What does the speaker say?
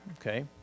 okay